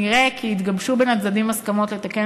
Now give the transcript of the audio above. ונראה כי התגבשו בין הצדדים הסכמות לתקן